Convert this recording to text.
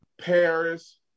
paris